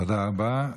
תודה רבה.